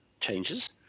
changes